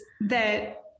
that-